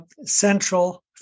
central